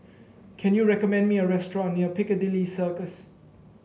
can you recommend me a restaurant near Piccadilly Circus